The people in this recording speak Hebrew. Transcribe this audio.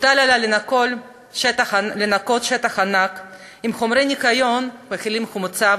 הוטל עלי לנקות שטח ענק עם חומרי ניקיון המכילים חומצה,